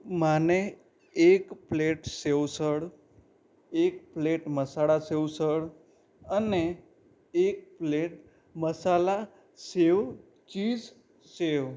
મને એક પ્લેટ સેવઉસળ એક પ્લેટ મસાલા સેવઉસળ અને એક પ્લેટ મસાલા સેવ ચીઝ સેવ